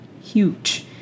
huge